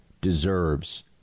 deserves